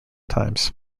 times